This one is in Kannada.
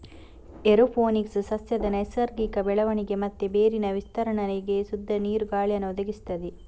ಏರೋಪೋನಿಕ್ಸ್ ಸಸ್ಯದ ನೈಸರ್ಗಿಕ ಬೆಳವಣಿಗೆ ಮತ್ತೆ ಬೇರಿನ ವಿಸ್ತರಣೆಗೆ ಶುದ್ಧ ನೀರು, ಗಾಳಿಯನ್ನ ಒದಗಿಸ್ತದೆ